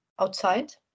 outside